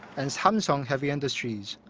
and samsung heavy industries.